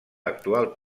actual